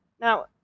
Now